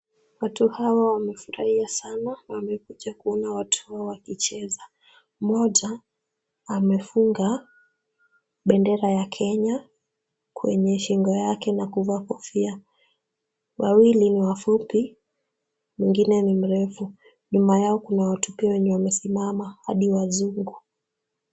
Watu hawa wamefurahia sana na wamekuja kuona watu wao wakicheza, mmoja amefunga bendera ya Kenya kwenye shingo yake na kuvaa kofia, wawili ni wafupi, mwingine ni mrefu, nyuma yao kuna watu pia wenye wamesimama hadi wazungu.